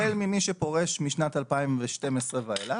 החל ממי שפורש משנת 2012 ואילך,